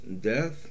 death